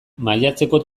maiatzeko